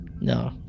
no